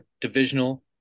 divisional